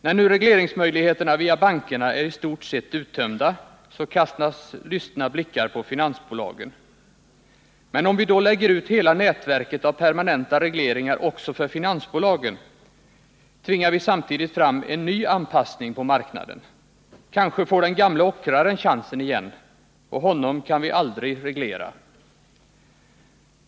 När nu regleringsmöjligheterna via bankerna är i stort sett uttömda kastas lystna blickar på finansbolagen. Men om vi då lägger ut hela nätverket av permanenta regleringar också för finansbolagen, tvingar vi samtidigt fram en ny anpassning på marknaden. Kanske får den gamle ockraren chansen igen, och honom kan vi aldrig reglera.